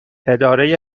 اداره